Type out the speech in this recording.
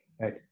right